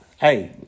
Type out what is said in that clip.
hey